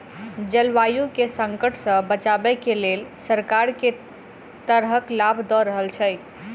जलवायु केँ संकट सऽ बचाबै केँ लेल सरकार केँ तरहक लाभ दऽ रहल छै?